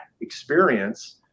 experience